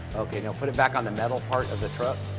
ok you know put it back on the metal part of the truck.